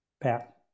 Pat